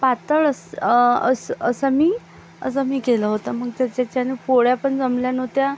पातळ असं असं असं मी असं मी केलं होतं मग त्याच्याच्यानं पोळ्या पण जमल्या नव्हत्या